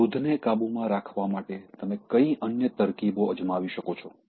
ક્રોધને કાબૂમાં રાખવા માટે તમે કઈ અન્ય તરકીબો અજમાવી શકો છો